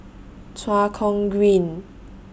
Tua Kong Green